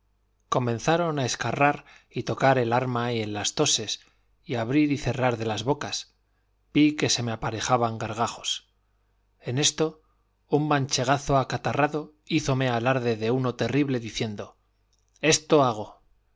comenzaron a escarrar y tocar al arma y en las toses y abrir y cerrar de las bocas vi que se me aparejaban gargajos en esto un manchegazo acatarrado hízome alarde de uno terrible diciendo esto hago